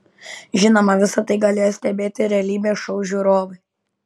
žinoma visa tai galėjo stebėti realybės šou žiūrovai